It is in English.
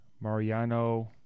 Mariano